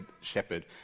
shepherd